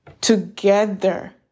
Together